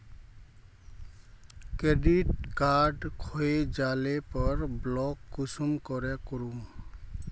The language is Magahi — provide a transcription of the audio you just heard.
क्रेडिट कार्ड खोये जाले पर ब्लॉक कुंसम करे करूम?